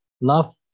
love